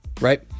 right